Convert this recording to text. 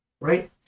Right